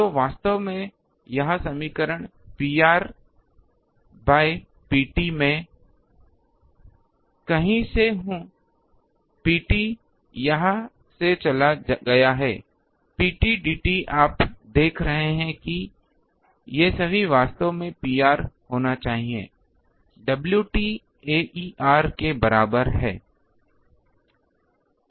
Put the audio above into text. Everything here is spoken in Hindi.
तो वास्तव में यह समीकरण है Pr द्वारा Pt मैं कहीं से हूँ Pt यहाँ से चला गया है Pt Dt आप देख रहे हैं ये सभी वास्तव में Pr होना चाहिए Wt Aer के बराबर है